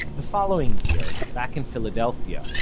the following year, back in philadelphia,